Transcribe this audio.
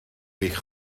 eich